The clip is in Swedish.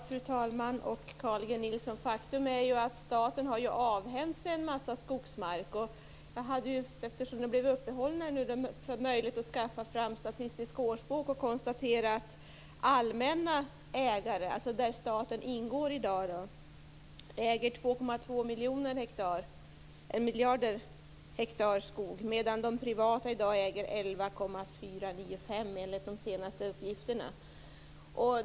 Fru talman! Faktum är ju, Carl G Nilsson, att staten har avhändat sig en massa skogsmark. Jag fick, eftersom det blev uppehåll, möjlighet att skaffa fram Statistisk årsbok. Jag kan konstatera att allmänna ägare, där staten ingår i dag, äger 2,2 miljoner hektar skog medan privata ägare äger 11,495 miljoner hektar enligt de senaste uppgifterna.